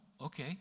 Okay